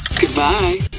Goodbye